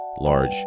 large